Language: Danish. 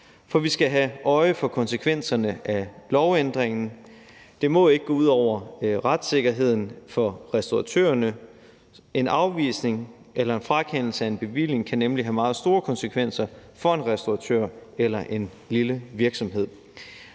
og vi skal have øje for konsekvenserne af lovændringen. Det må ikke gå ud over retssikkerheden for restauratørerne. En afvisning eller en frakendelse af en bevilling kan nemlig have meget store konsekvenser for en restauratør eller en lille virksomhed.